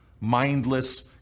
Mindless